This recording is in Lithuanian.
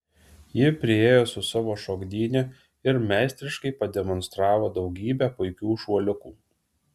ji priėjo su savo šokdyne ir meistriškai pademonstravo daugybę puikių šuoliukų